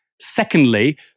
Secondly